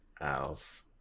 else